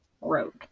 Road